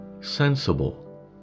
sensible